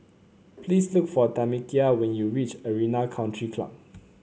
please look for Tamekia when you reach Arena Country Club